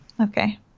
Okay